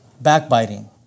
backbiting